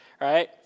Right